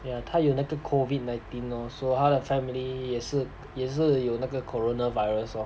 yeah 他有那个 COVID nineteen lor so 他的 family 也是也是有那个 corona virus lor